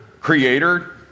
creator